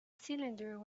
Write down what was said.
cylinder